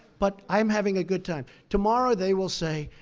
but i am having a good time. tomorrow they will say,